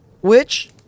Which